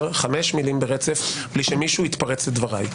חמש מילים ברצף בלי שמישהו יתפרץ לדבריי.